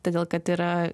todėl kad yra